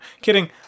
kidding